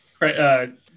Right